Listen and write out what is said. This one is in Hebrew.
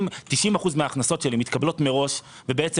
אם 90% מן ההכנסות שלי מתקבלות מראש ובעצם